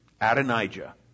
Adonijah